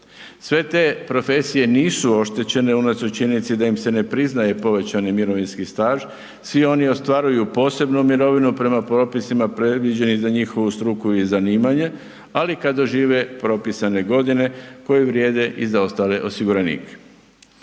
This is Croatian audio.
Sve te profesije nisu oštećene unatoč činjenici da im se ne priznaje povećani mirovinski staž, svi oni ostvaruju posebnu mirovinu prema propisima predviđenih za njihovu stuku i zanimanje, ali kad dožive propisane godine, koje vrijeme i za ostale osiguranike.